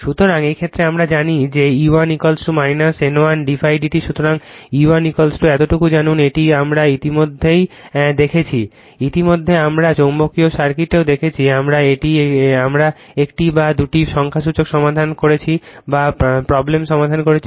সুতরাং এই ক্ষেত্রে আমরা জানি যে E1 N1 d ∅ dt সুতরাং E1 এতটুকু জানুন এটি আমরা ইতিমধ্যেই দেখেছি ইতিমধ্যে আমরা চৌম্বকীয় সার্কিটেও দেখেছি আমরা একটি বা দুটি সংখ্যাসূচক সমাধান করেছি